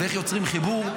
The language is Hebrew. ואיך יוצרים חיבור,